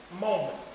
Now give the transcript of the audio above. moment